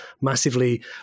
massively